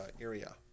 area